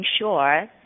ensure